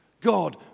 God